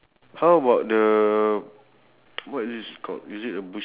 sorry